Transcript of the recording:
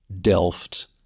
Delft